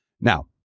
Now